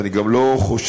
ואני גם לא חושב,